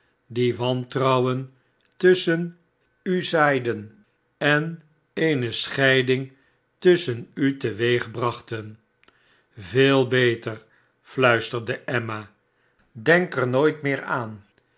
die wantrouwen tusschen u zaaiden en eene scheiding tusschen u teweegbrachten veel beter flttisterde emma denk er nooit meer aan